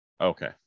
okay